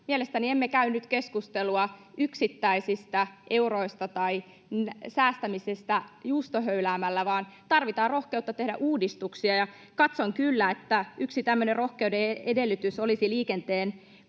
Mielestäni emme käy nyt keskustelua yksittäisistä euroista tai säästämisestä juustohöyläämällä, vaan tarvitaan rohkeutta tehdä uudistuksia. Katson kyllä, että yksi tämmöinen rohkeuden edellytys olisi kokonaisvaltainen